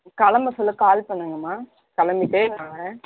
கிளம்ப சொல்ல கால் பண்ணுங்கம்மா கிளம்பிட்டே நான் வர்றேன்